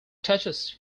touches